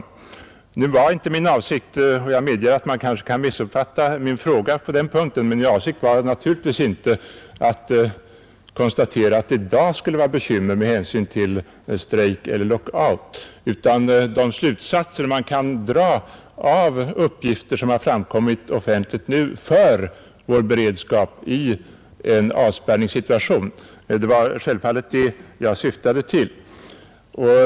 Nu var det naturligtvis inte min avsikt — men jag medger att man kanske kan missuppfatta min fråga — att konstatera att läget i dag skulle vara bekymmersamt på grund av strejk eller lockout. Min fråga syftade självfallet på vilka slutsatser man kan dra beträffande vår beredskap i en avspärrningssituation.